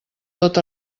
tot